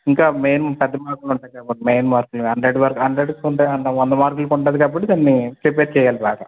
ఇంకా మెయిన్ పెద్ద మార్కులు ఉంటాయ్ కాబట్టి మెయిన్ మార్కులు హండ్రెడ్ వర హండ్రెడ్ ఉంటాయి వంద మర్కులుకి ఉంటుంది కాబట్టి తనని ప్రిపేర్ చెయ్యాలి బాగా